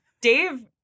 Dave